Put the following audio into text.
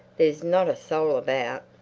there's not a soul about.